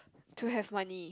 to have money